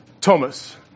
Thomas